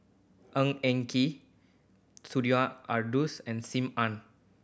Ng Eng Kee Sumida and Sim Ann